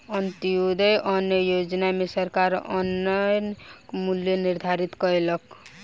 अन्त्योदय अन्न योजना में सरकार अन्नक मूल्य निर्धारित कयलक